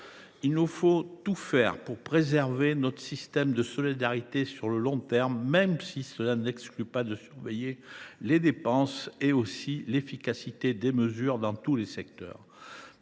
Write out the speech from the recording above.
Il nous faut tout faire pour préserver notre système de solidarité sur le long terme, même si cela n’exclut pas de surveiller les dépenses et l’efficacité des mesures dans tous les domaines.